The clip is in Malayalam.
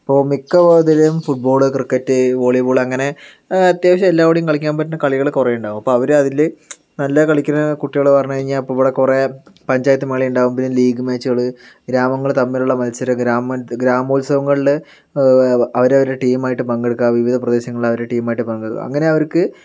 ഇപ്പോൾ മിക്ക ഇതിലും ഫുട്ബോള് ക്രിക്കറ്റ് വോളിബോള് അങ്ങനെ അത്യാവശ്യം എല്ലാവരുടെയും കളിക്കാൻ പറ്റുന്ന കളികള് കുറെ ഉണ്ടാവും അപ്പോൾ അവര് അതില് നല്ല കളിക്കുന്ന കുട്ടികള് പറഞ്ഞ് കഴിഞ്ഞ ഇപ്പോൾ ഇവിടെ കുറെ പഞ്ചായത്ത് മേളയുണ്ടാകും പിന്നെ ലീഗ് മാച്ചുകള് ഗ്രാമങ്ങള് തമ്മിലുള്ള മത്സര ഗ്രാമ ഗ്രാമോത്സവങ്ങളില് അവരവരുടെ ടീമായിട്ട് പങ്കെടുക്ക വിവിധ പ്രദേശങ്ങളില് അവരുടെ ടീമായിട്ട് പങ്ക് അങ്ങനെ അവർക്ക്